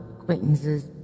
acquaintances